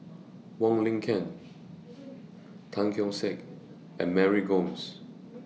Wong Lin Ken Tan Keong Saik and Mary Gomes